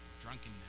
drunkenness